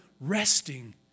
resting